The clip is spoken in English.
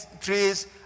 trees